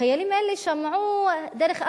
החיילים האלה שמעו, דרך אגב,